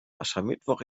aschermittwoch